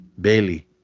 Bailey